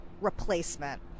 replacement